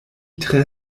tre